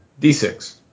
D6